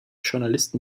journalisten